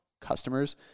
customers